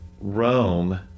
Rome